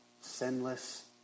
sinless